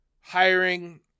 hiring